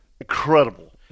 incredible